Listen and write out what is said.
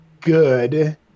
good